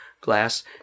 glass